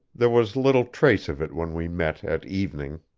there was little trace of it when we met at evening.